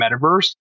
metaverse